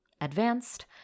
Advanced